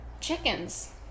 chickens